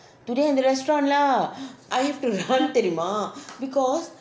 today in the restaurant lah I have to run தெரியுமா:theriyumma because